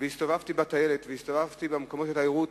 והסתובבתי בטיילת, הסתובבתי במקומות תיירות.